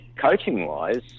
coaching-wise